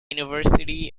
university